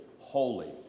holy